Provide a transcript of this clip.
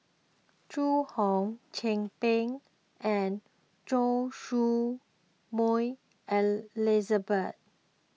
Zhu Hong Chin Peng and Choy Su Moi Elizabeth